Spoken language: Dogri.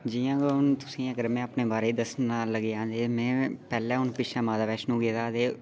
जियां कि तुसें गी में अपने बारै च दस्सना लगां तें पैह्लैं आऊं पिछे जेह् माता वैश्णो गेदा हा